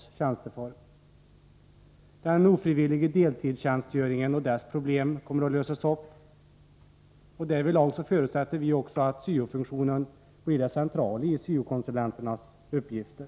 Problemet med den ofrivilliga deltidstjänstgöringen kommer att lösas. Därvidlag förutsätter vi att syo-funktionen blir det centrala i syo-konsulenternas uppgifter.